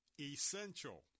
essential